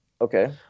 Okay